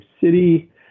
City